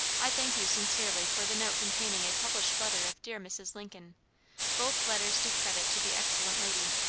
i thank you sincerely for the note containing a published letter of dear mrs. lincoln both letters do credit to the excellent lady.